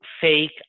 fake